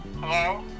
Hello